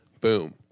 boom